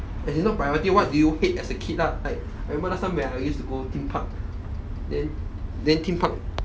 and you know priority what you hate as a kid lah like I remember last time when I used to go theme park then then theme park